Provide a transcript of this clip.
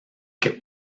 que